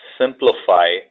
simplify